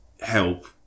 help